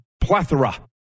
plethora